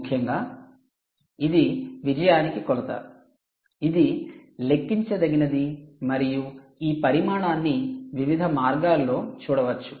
ముఖ్యంగా ఇది విజయానికి కొలత ఇది లెక్కించదగినది మరియు ఈ పరిమాణాన్ని వివిధ మార్గాల్లో చూడవచ్చు